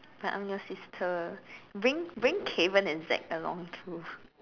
but I'm your sister bring bring Cavan and Zack along too